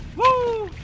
whoo!